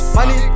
Money